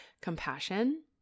Compassion